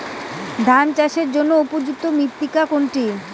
ধান চাষের জন্য উপযুক্ত মৃত্তিকা কোনটি?